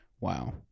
Wow